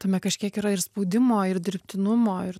tame kažkiek yra ir spaudimo ir dirbtinumo ir